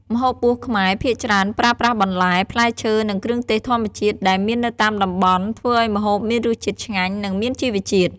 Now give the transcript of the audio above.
ម្ហូបបួសខ្មែរភាគច្រើនប្រើប្រាស់បន្លែ ផ្លែឈើ និងគ្រឿងទេសធម្មជាតិ ដែលមាននៅតាមតំបន់ ធ្វើឱ្យម្ហូបមានរសជាតិឆ្ងាញ់ និងមានជីវជាតិ។